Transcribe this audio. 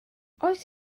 oes